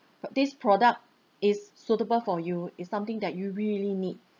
this product is suitable for you is something that you really need